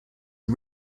are